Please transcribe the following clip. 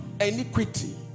iniquity